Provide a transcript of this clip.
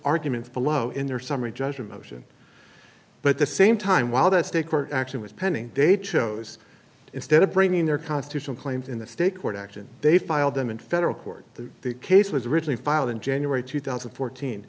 arguments below in their summary judgment motion but the same time while the state court action was pending they chose instead of bringing their constitutional claims in the state court action they filed them in federal court the case was originally filed in january two thousand and fourteen